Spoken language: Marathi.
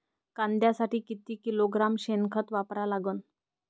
कांद्यासाठी किती किलोग्रॅम शेनखत वापरा लागन?